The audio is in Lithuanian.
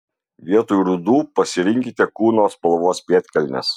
vietoj rudų pasirinkite kūno spalvos pėdkelnes